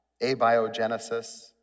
abiogenesis